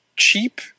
Cheap